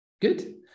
Good